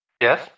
Yes